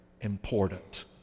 important